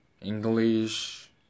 English